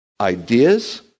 Ideas